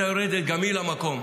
הייתה יורדת גם היא למקום,